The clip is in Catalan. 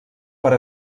per